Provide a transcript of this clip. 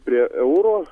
prie euro